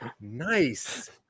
Nice